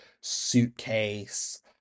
suitcase